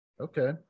okay